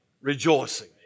rejoicing